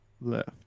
left